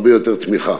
הרבה יותר תמיכה.